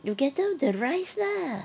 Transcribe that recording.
you gather the rice lah